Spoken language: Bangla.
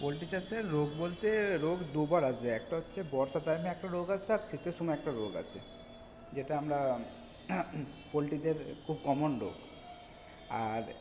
পোলট্রী চাষের রোগ বলতে রোগ দুবার আসবে একটা হচ্ছে বর্ষার টাইমে একটা রোগ আসে আর শীতের সময় একটা রোগ আসে যেটা আমরা পোলট্রীদের খুব কমন রোগ আর